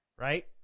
Right